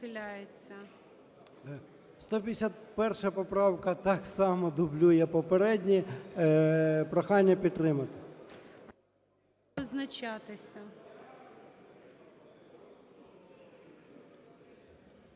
151 поправка так само дублює попередню. Прохання підтримати.